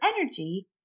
energy